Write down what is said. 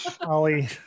Ollie